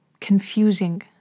confusing